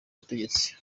butegetsi